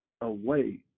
away